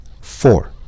four